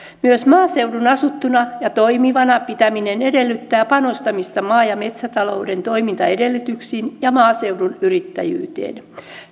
myös maaseudun asuttuna ja toimivana pitäminen edellyttää panostamista maa ja metsätalouden toimintaedellytyksiin ja maaseudun yrittäjyyteen